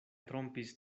trompis